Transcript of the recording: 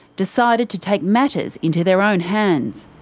decided to take matters into their own hands.